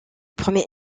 premier